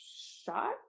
Shot